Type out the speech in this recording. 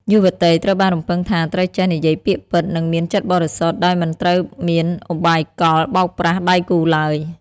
យុវតីត្រូវបានរំពឹងថា ត្រូវចេះ "និយាយពាក្យពិត និងមានចិត្តបរិសុទ្ធ" ដោយមិនត្រូវមានឧបាយកលបោកប្រាស់ដៃគូឡើយ។